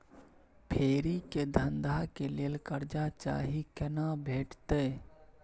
फेरी के धंधा के लेल कर्जा चाही केना भेटतै?